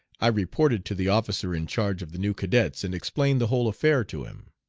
i reported to the officer in charge of the new cadets, and explained the whole affair to him.